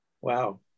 Wow